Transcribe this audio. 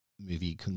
movie